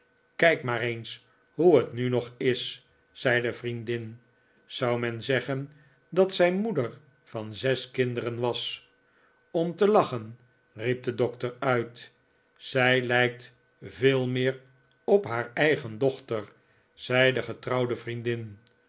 kijk maar eens hoe het nu nog is zei de vriendin zou men zeggen dat zij moeder van zes kinderen was om te lachen riep de dokter uit zij lijkt veel meer op haar eigen dochter zei de getrouwde vriendin